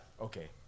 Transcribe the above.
Okay